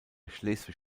schleswig